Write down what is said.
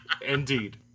Indeed